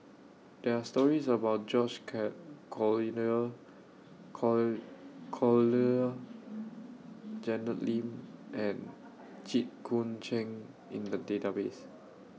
There Are stories about George Care call core Collyer Janet Lim and Jit Koon Ch'ng in The Database